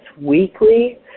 weekly